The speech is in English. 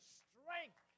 strength